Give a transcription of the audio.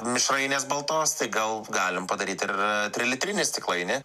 mišrainės baltos tai gal galim padaryt ir trilitrinį stiklainį